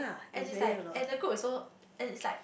and is like and the group is so and is like